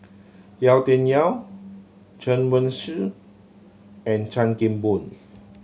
Yau Tian Yau Chen Wen Hsi and Chan Kim Boon